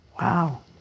wow